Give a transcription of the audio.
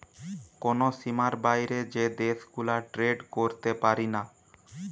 কোন সীমার বাইরে যে দেশ গুলা ট্রেড করতে পারিনা